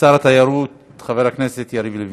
שר התיירות חבר הכנסת יריב לוין,